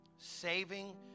Saving